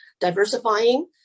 diversifying